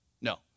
no